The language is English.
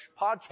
podcast